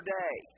day